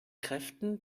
kräften